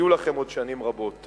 יהיו לכם עוד שנים רבות לעשות זאת.